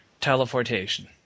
teleportation